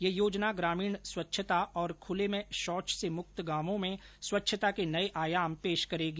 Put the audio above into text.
यह योजना ग्रामीण स्वच्छता और खुले में शौच से मुक्त गांवों में स्वच्छता के नये आयाम पेश करेगी